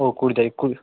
ও কুড়ি তারিখ কুল